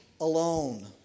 alone